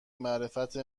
معرفت